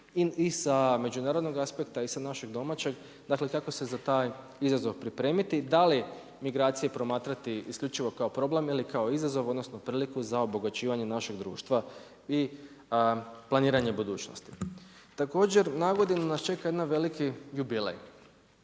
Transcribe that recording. i sa međunarodnog aspekta i sa našeg domaćeg, dakle kako se za taj izazov pripremiti. Da li migracije promatrati isključivo kao problem ili kao izazov, odnosno priliku za obogaćivanje našeg društva i planiranje budućnosti. Također, na godinu nas čeka jedan veliki jubilej,